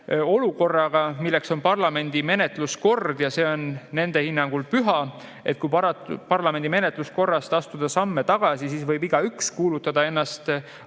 olukorraga, kuna parlamendi menetluskord on nende hinnangul püha. Kui parlamendi menetluskorrast astuda samme tagasi, siis võib igaüks kuulutada ennast varsti